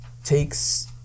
takes